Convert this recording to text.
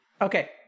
Okay